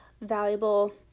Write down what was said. valuable